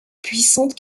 puissantes